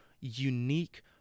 unique